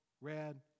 red